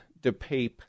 DePape